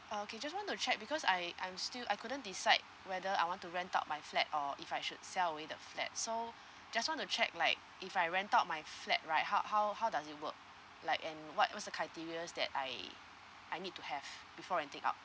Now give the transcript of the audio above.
(uh okay just want to check because I I'm still I couldn't decide whether I want to rent out my flat or if I should sell away the flat so just want to check like if I rent out my flat right how how how does it work like and what what's the criteria that I I need to have before I renting out